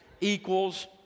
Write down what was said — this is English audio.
equals